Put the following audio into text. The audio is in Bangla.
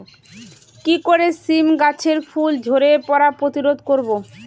কি করে সীম গাছের ফুল ঝরে পড়া প্রতিরোধ করব?